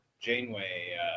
Janeway